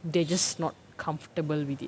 they're just not comfortable with it